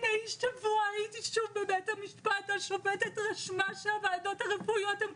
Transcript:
לפני שבוע הייתי שוב בבית המשפט השופטת רשמה שהועדות הרפואיות הן